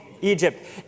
Egypt